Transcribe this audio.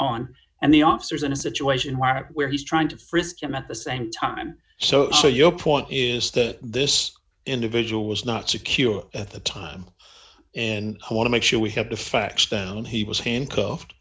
on and the officers in a situation mark where he's trying to frisk him at the same time so your point is that this individual was not secure at the time and i want to make sure we have the facts then he was handcuffed